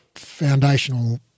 foundational